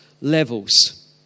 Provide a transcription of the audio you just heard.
levels